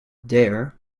there